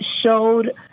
showed